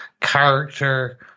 character